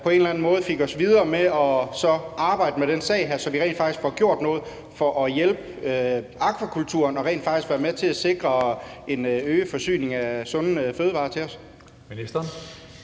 på en eller anden måde fik os videre med så at arbejde med den sag her, så vi rent faktisk fik gjort noget for at hjælpe akvakulturen og rent faktisk var med til at sikre en øget forsyning af sunde fødevarer til os? Kl.